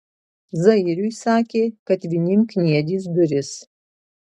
zairiui sakė kad vinim kniedys duris